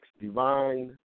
divine